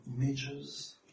images